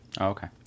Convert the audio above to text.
Okay